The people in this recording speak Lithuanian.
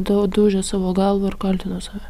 dau daužė savo galvą ir kaltino save